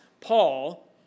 Paul